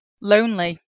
Lonely